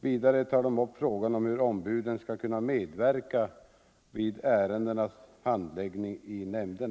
Vidare tar de upp frågan om hur ombuden skall kunna medverka = dernas verksamhet, i ärendenas handläggning i nämnderna.